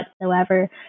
whatsoever